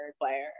player